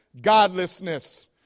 godlessness